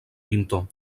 pintor